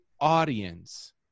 audience